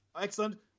Excellent